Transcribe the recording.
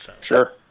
Sure